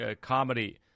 comedy